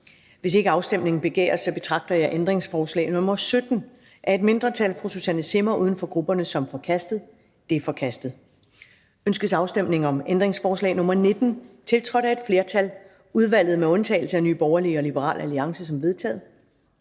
Hvis ikke afstemning begæres, betragter jeg ændringsforslag nr. 17 af et mindretal (Susanne Zimmer (UFG)) som forkastet. Det er forkastet. Ønskes afstemning om ændringsforslag nr. 19, tiltrådt af et flertal (udvalget med undtagelse af NB og LA)? Det er vedtaget.